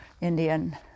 Indian